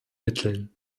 mitteln